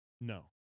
No